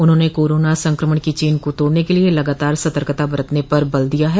उन्होंने कोरोना संक्रमण की चेन तोड़ने के लिये लगातार सतर्कता बरतने पर बल दिया है